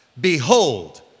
Behold